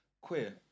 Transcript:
queer